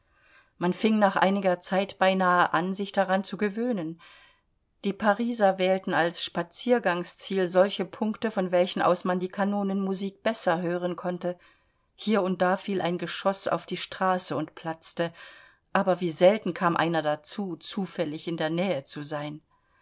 man fing nach einiger zeit beinahe an sich daran zu gewöhnen die pariser wählten als spaziergangsziel solche punkte von welchen aus man die kanonenmusik besser hören konnte hier und da fiel ein geschoß auf die straße und platzte aber wie selten kam einer dazu zufällig in der nähe zu sein